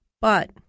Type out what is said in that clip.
But-